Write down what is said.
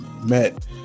met